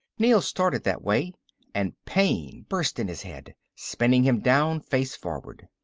neel started that way and pain burst in his head, spinning him down, face forward.